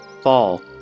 fall